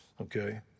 okay